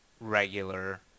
regular